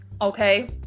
Okay